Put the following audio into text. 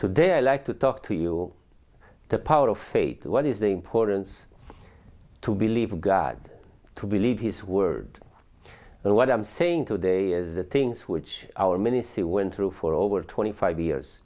today i like to talk to you the power of faith what is the importance to believe god to believe his word and what i'm saying today is the things which our many see went through for over twenty five years